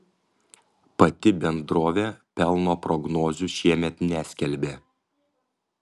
pati bendrovė pelno prognozių šiemet neskelbė